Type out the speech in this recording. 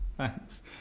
Thanks